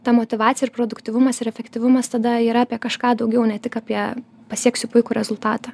ta motyvacija ir produktyvumas ir efektyvumas tada yra apie kažką daugiau ne tik apie pasieksiu puikų rezultatą